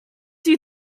you